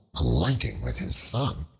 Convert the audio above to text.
alighting with his son,